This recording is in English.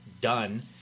done